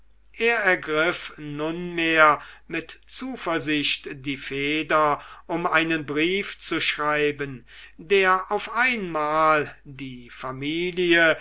er ergriff nunmehr mit zuversicht die feder um einen brief zu schreiben der auf einmal die familie